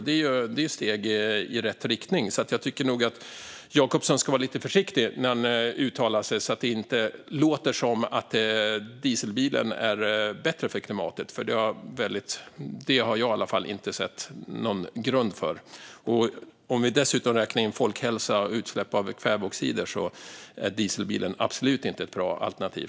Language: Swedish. Det är ett steg i rätt riktning. Jag tycker alltså att Jacobsson ska vara lite försiktig när han uttalar sig, så att det inte låter som att dieselbilen är bättre för klimatet, för det har i alla fall inte jag sett någon grund för. Om vi dessutom räknar in folkhälsan och utsläpp av kväveoxider är dieselbilen absolut inte ett bra alternativ.